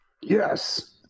yes